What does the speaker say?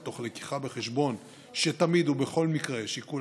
ותוך לקיחה בחשבון שתמיד ובכל מקרה שיקול